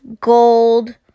gold